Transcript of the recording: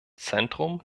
zentrum